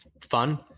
fun